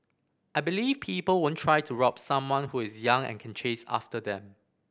I believe people won't try to rob someone who is young and can chase after them